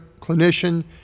clinician